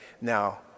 Now